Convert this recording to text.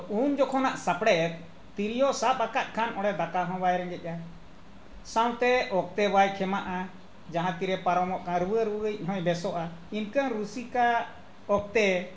ᱩᱱ ᱡᱚᱠᱷᱚᱱᱟᱜ ᱥᱟᱯᱲᱮᱫ ᱛᱤᱨᱭᱳ ᱥᱟᱵ ᱟᱠᱟᱫ ᱠᱷᱟᱱ ᱚᱸᱰᱮ ᱫᱟᱠᱟ ᱦᱚᱸ ᱵᱟᱭ ᱨᱮᱸᱜᱮᱡᱼᱟ ᱥᱟᱶᱛᱮ ᱚᱠᱛᱚ ᱵᱟᱭ ᱠᱷᱮᱢᱟᱜᱼᱟ ᱡᱟᱦᱟᱸ ᱛᱤᱨᱮ ᱯᱟᱨᱚᱢᱚᱜ ᱠᱟᱱ ᱨᱩᱣᱟᱹ ᱨᱩᱣᱟᱹᱭᱤᱡ ᱦᱚᱸᱭ ᱵᱮᱥᱚᱜᱼᱟ ᱤᱱᱠᱟᱹᱱ ᱨᱩᱥᱤᱠᱟ ᱚᱠᱛᱚ